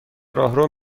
راهرو